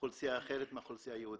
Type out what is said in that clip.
אוכלוסייה אחרת מהאוכלוסייה היהודית,